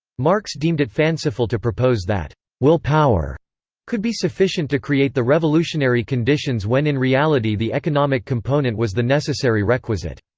marx deemed it fanciful to propose that will power could be sufficient to create the revolutionary conditions when in reality the economic component was the necessary requisite.